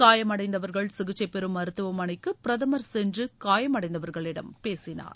காயமடைந்தவர்கள் சிகிச்சை பெறும் மருத்துவமளைக்கு பிரதமர் சென்று காயமடைந்தவர்களிடம் பேசினார்